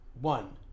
one